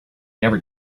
never